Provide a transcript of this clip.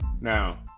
Now